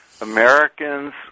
Americans